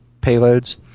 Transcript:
payloads